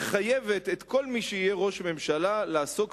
ומחייבת את כל מי שיהיה ראש ממשלה לעסוק